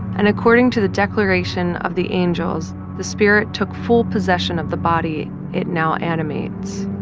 and according to the declaration of the angels, the spirit took full possession of the body it now animates